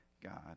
God